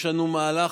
יש לנו מהלך,